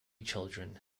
children